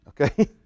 okay